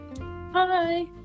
Hi